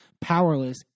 powerless